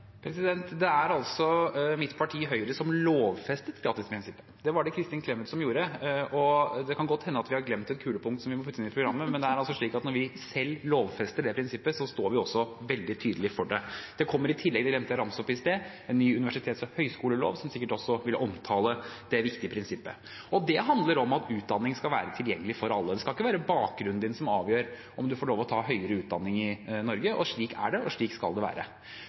Det er mitt parti, Høyre, som lovfestet gratisprinsippet. Det var det Kristin Clemet som gjorde. Det kan godt hende at vi har glemt et kulepunkt som vi må putte inn i programmet, men når vi selv lovfester det prinsippet, står vi også veldig tydelig for det. Det kommer i tillegg – det glemte jeg å ramse opp i sted – en ny universitets- og høyskolelov som sikkert også vil omtale dette viktige prinsippet. Det handler om at utdanning skal være tilgjengelig for alle. Det skal ikke være bakgrunnen som avgjør om man får lov til å ta høyere utdanning i Norge. Slik er det, og slik skal det være.